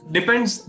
Depends